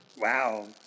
Wow